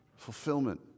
Fulfillment